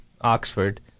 Oxford